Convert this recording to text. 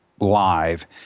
Live